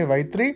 y3